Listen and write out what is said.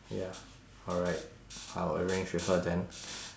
ya alright I will arrange with her then